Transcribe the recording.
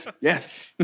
yes